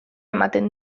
ematen